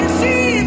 see